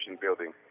Building